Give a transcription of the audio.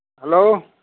hello